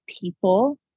people